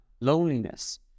Loneliness